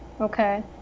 okay